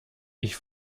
ich